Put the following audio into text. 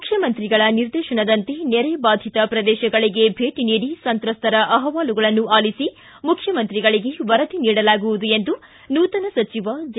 ಮುಖ್ಯಮಂತ್ರಿಗಳ ನಿರ್ದೇಶನದಂತೆ ನೆರೆ ಬಾಧಿತ ಪ್ರದೇಶಗಳಿಗೆ ಭೇಟನೀಡಿ ಸಂತ್ರಸ್ತರ ಅಹವಾಲುಗಳನ್ನು ಆಲಿಸಿ ಮುಖ್ಚಿಮಂತ್ರಿಗಳಿಗೆ ವರದಿ ನೀಡಲಾಗುವುದು ಎಂದು ನೂತನ ಸಚಿವ ಜೆ